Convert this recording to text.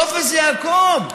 טופס יעקב.